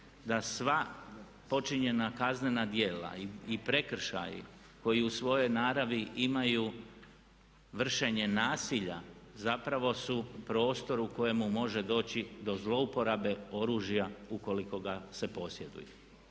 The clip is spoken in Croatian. da sva počinjena kaznena djela i prekršaji koji u svojoj naravi imaju vršenje nasilja zapravo su prostor u kojemu može doći do zlouporabe oružja u koliko ga se posjeduje.